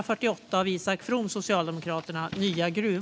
Fru talman!